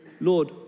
Lord